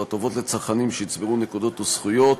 או הטבות לצרכנים שיצברו נקודות או זכויות.